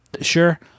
sure